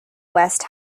west